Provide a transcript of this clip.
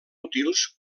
útils